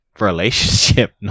relationship